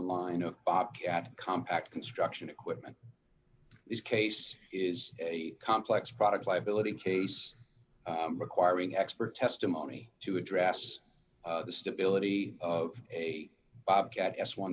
line of pop cap compact construction equipment this case is a complex product liability case requiring expert testimony to address the stability of a bobcat s one